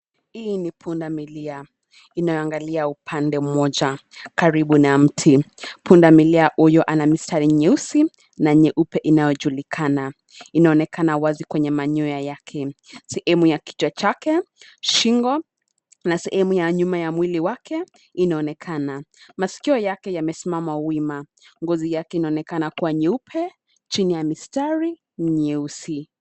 Hii ni pundamilia, inayoangalia upande mmoja karibu na ya mti. Pundamilia huyu ana mistari nyeusi na nyeupe inayojulikana. Inaonekana wazi kwenye manyoya yake, sehemu ya kichwa chake, shingo na sehemu ya nyuma ya mwili wake inaonekana. Masikio yake yamesimama wima, ngozi yake inaonekana kuwa nyeupe, chini ya mistari mieusi.